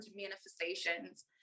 manifestations